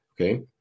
okay